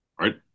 right